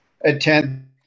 attend